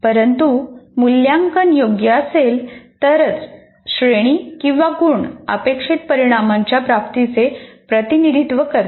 परंतु मूल्यांकन योग्य असेल तरच श्रेणी किंवा गुण अपेक्षित परिणामांच्या प्राप्तीचे प्रतिनिधित्व करतात